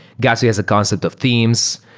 gatsby has a constant of themes.